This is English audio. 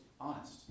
honest